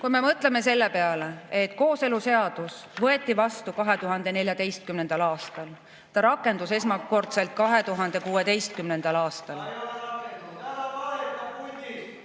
Kui me mõtleme selle peale, et kooseluseadus võeti vastu 2014. aastal, ta rakendus esmakordselt 2016. aastal.